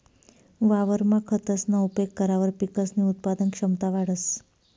वावरमा खतसना उपेग करावर पिकसनी उत्पादन क्षमता वाढंस